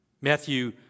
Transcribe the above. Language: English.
Matthew